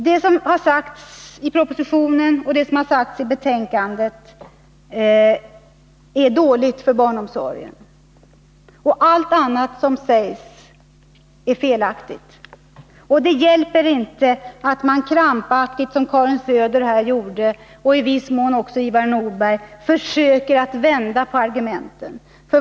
Det som anförs i propositionen och i betänkandet är dåligt för barnomsorgen. Allt annat som sägs är felaktigt. Det hjälper inte att, som Karin Söder och i viss mån också Ivar Nordberg gjorde, krampaktigt försöka vända på argumenten.